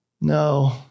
No